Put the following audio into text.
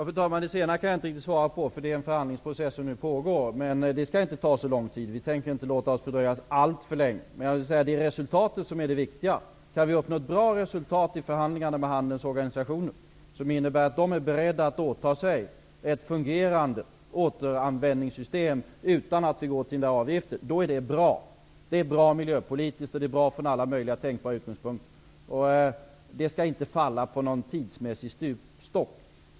Fru talman! Den sista frågan kan jag inte riktigt svara på, eftersom det rör sig om en förhandlingsprocess som nu pågår. Men det skall inte ta så lång tid. Vi tänker inte låta oss fördröjas alltför länge. Men jag vill säga att det är resultatet som är det viktiga. Om vi kan uppnå ett bra resultat i förhandlingarna med handelns organisationer, som innebär att de är beredda att åtaga sig ett fungerande återanvändningssystem utan att det behövs avgifter, är det bra. Det är bra ur miljöpolitisk synpunkt och från alla tänkbara utgångspunkter. Det skall inte falla på någon tidsmässig stupstock.